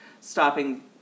stopping